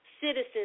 citizens